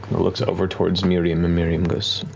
matt looks over towards mirimm and mirimm goes,